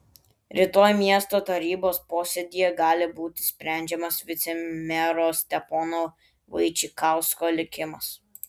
rytoj miesto tarybos posėdyje gali būti sprendžiamas vicemero stepono vaičikausko likimas